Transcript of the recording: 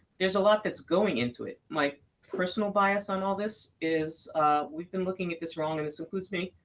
there's a lot that's going into it. my personal bias on all this is we've been looking at this wrong and this includes me,